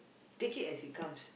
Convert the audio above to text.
take it as it comes